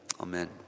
Amen